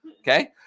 Okay